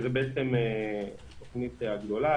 זו תוכנית גדולה,